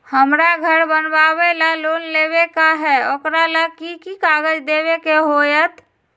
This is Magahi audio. हमरा घर बनाबे ला लोन लेबे के है, ओकरा ला कि कि काग़ज देबे के होयत?